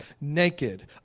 naked